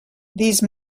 these